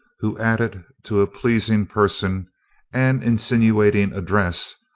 who added to a pleasing person and insinuating address,